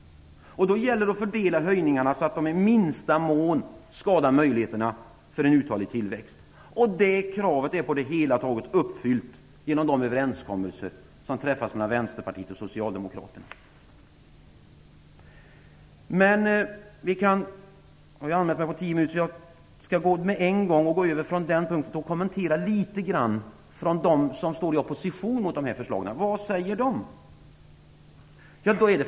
Det gäller att fördela höjningarna så att de i minsta mån skadar möjligheterna för en uthållig tillväxt. Det kravet är på det hela taget uppfyllt genom de överenskommelser som träffas mellan Vänsterpartiet och Jag skall kommentera något om vad de som står i opposition mot dessa förslag säger.